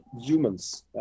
humans